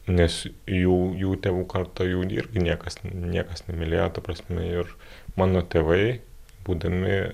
nes jų jų tėvų karta jų irgi niekas niekas nemylėjo ta prasme ir mano tėvai būdami